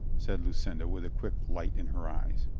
said lucinda with a quick light in her eyes.